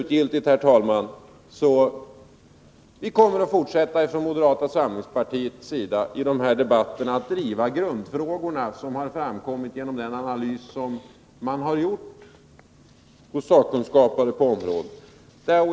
Till slut: Vi kommer ifrån moderata samlingspartiets sida att fortsätta att i de här debatterna driva grundfrågorna.